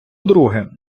друге